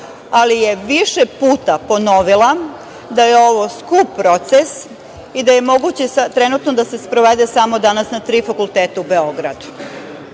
ali je više puta ponovila da je ovo skup proces i da je moguće sada trenutno da se sprovede samo danas na tri fakulteta u Beogradu. Takođe,